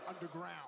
Underground